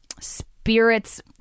spirits